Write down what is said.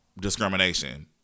Discrimination